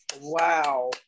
Wow